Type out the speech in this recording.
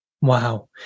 Wow